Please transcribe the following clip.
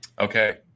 Okay